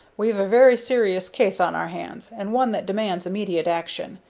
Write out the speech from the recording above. we've a very serious case on our hands, and one that demands immediate action.